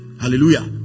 Hallelujah